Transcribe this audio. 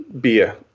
beer